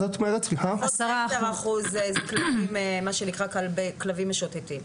אומרת 10% זה מה שנקרא כלבים משוטטים.